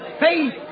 faith